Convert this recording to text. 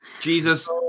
jesus